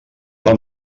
del